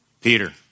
Peter